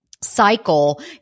cycle